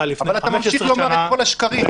-- אבל אתה ממשיך לומר את כל השקרים.